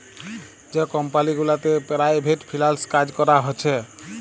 যে কমপালি গুলাতে private freelance কাজ ক্যরা হছে